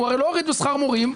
הוא הרי לא הוריד בשכר מורים,